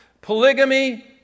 polygamy